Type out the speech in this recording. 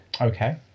Okay